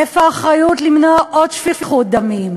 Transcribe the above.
איפה האחריות למנוע עוד שפיכות דמים?